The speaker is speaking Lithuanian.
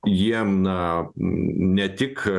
jiem na ne tik